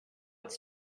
its